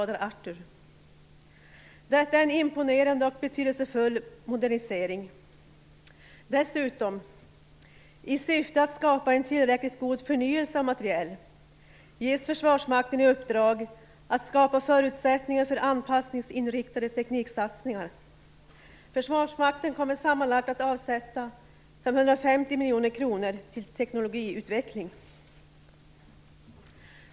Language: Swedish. Detta är en imponerande och betydelsefull modernisering. Dessutom, i syfte att skapa en tillräckligt god förnyelse av materiel, ges Försvarsmakten i uppdrag att skapa förutsättningar för anpassningsinriktade tekniksatsningar. Försvarsmakten kommer sammanlagt att avsätta 550 miljoner kronor till teknologiutveckling.